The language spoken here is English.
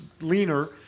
leaner